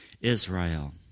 Israel